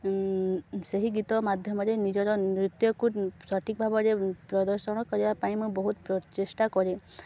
ସେହି ଗୀତ ମାଧ୍ୟମରେ ନିଜର ନୃତ୍ୟକୁ ସଠିକ୍ ଭାବରେ ପ୍ରଦର୍ଶନ କରିବା ପାଇଁ ମୁଁ ବହୁତ ପ୍ରଚେଷ୍ଟା କରେ